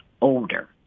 older